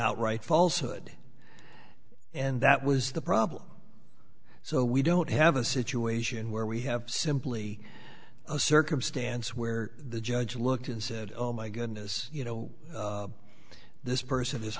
outright falsehood and that was the problem so we don't have a situation where we have simply a circumstance where the judge looked and said oh my goodness you know this person is